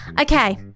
Okay